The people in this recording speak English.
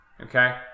okay